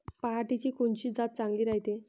पऱ्हाटीची कोनची जात चांगली रायते?